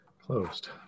closed